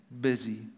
busy